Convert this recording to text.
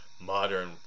modern